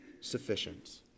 sufficient